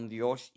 Dios